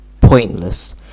pointless